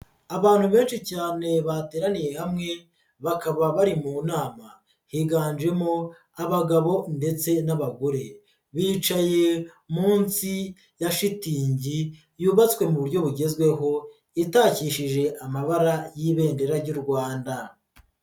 Abantu benshi cyane bateraniye hamwe bakaba bari mu nama, higanjemo abagabo ndetse n'abagore, bicaye munsi ya shitingi yubatswe mu buryo bugezweho itakishije amabara y'Ibendera ry'u Rwanda.